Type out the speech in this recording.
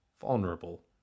vulnerable